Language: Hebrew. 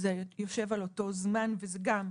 זה יושב על אותו הזמן וזו גם,